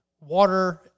water